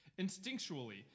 Instinctually